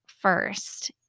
first